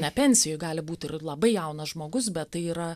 ne pensijoj gali būt ir labai jaunas žmogus bet tai yra